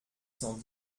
cent